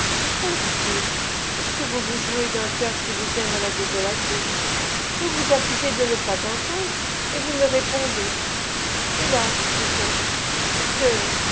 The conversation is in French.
dit-il est-ce que vous vous jouez d'un cœur qui vous aime à la désolation vous vous accusez de ne pas entendre et vous me répondez hélas dit-elle c'est que